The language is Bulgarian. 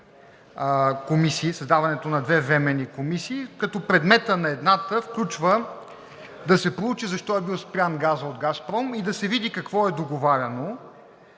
създаването на две временни комисии, като предметът на едната включва да се проучи защо е бил спрян газът от „Газпром“ и да се види какво е договаряно,